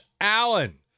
Allen